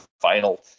final